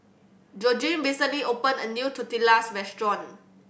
Georgene recently opened a new Tortillas Restaurant